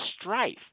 strife